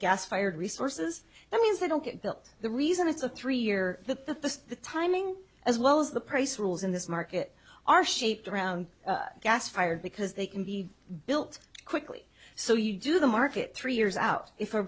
gas fired resources that means they don't get built the reason it's a three year the timing as well as the price rules in this market are shaped around gas fired because they can be built quickly so you do the market three years out if a